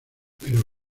pero